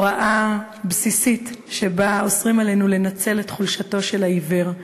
הוראה בסיסית שבה אוסרים עלינו לנצל את חולשתו של העיוור.